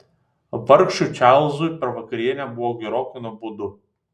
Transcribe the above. vargšui čarlzui per vakarienę buvo gerokai nuobodu